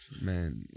Man